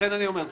לכן אני אומר,